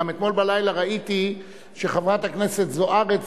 גם אתמול בלילה ראיתי שחברת הכנסת זוארץ